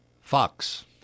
Fox